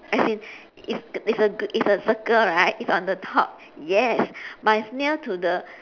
as in it's it's a it's a circle right it's on the top yes but it's near to the